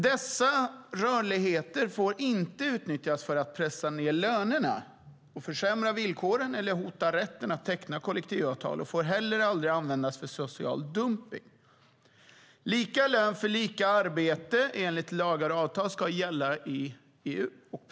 Dessa rörligheter får dock inte utnyttjas för att pressa ned lönerna, försämra villkoren eller hota rätten att teckna kollektivavtal, och de får heller aldrig användas för social dumpning. Lika lön för lika arbete enligt lagar och avtal ska gälla i EU.